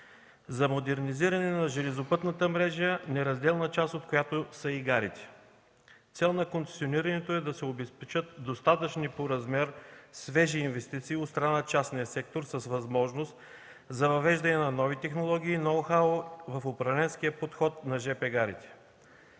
за модернизиране на железопътната мрежа, неразделна част от която са и гарите. Цел на концесионирането е да се обезпечат достатъчни по размер свежи инвестиции от страна на частния сектор с възможност за въвеждане на нови технологии и ноу-хау в управленския подход на жп гарите.